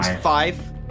Five